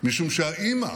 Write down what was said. משום שהאימא